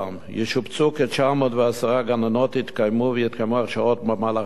ישובצו כ-910 גננות ויתקיימו הרשמות במהלך השנה.